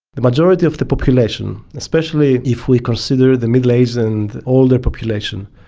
the majority of the population, especially if we consider the middle-aged and older population,